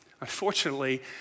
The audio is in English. unfortunately